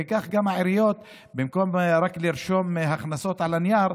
וכך גם העיריות, במקום רק לרשום הכנסות על הנייר,